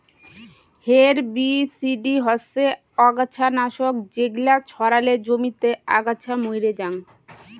herbicide হসে অগাছা নাশক যেগিলা ছড়ালে জমিতে আগাছা মইরে জাং